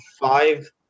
five